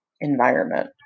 environment